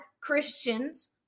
Christians